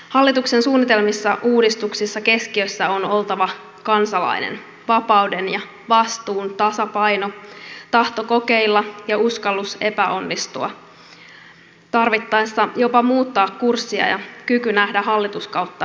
hallituksen suunnitelmissa uudistusten keskiössä on oltava kansalainen vapauden ja vastuun tasapaino tahto kokeilla uskallus epäonnistua ja tarvittaessa jopa muuttaa kurssia sekä kyky nähdä hallituskautta pidemmälle